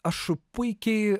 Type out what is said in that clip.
aš puikiai